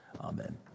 amen